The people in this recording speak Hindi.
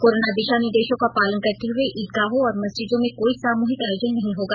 कोरोना दिशा निर्देशों का पालन करते हुए ईदगाहों और मस्जिदों में कोई सामूहिक आयोजन नहीं होगा